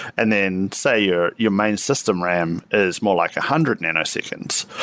and then, say, your your main system ram is more like a hundred nanoseconds.